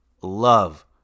love